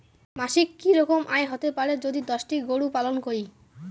মাসিক কি রকম আয় হতে পারে যদি দশটি গরু পালন করি?